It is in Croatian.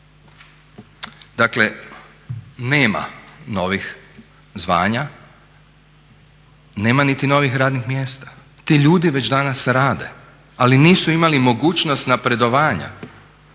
Dakle nema novih zvanja, nema niti novih radnih mjesta. Ti ljudi već danas rade, ali nisu imali mogućnost napredovanja.